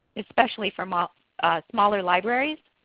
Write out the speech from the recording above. especially for um um smaller libraries,